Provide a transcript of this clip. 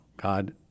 God